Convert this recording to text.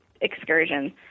excursion